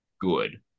good